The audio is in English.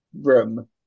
room